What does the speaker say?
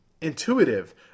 intuitive